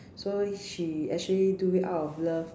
so she actually do it out of love